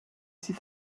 sydd